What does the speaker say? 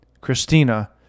Christina